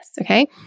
okay